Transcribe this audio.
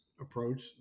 approach